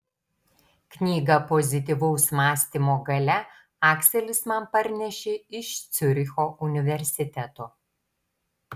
knygą pozityvaus mąstymo galia akselis man parnešė iš ciuricho universiteto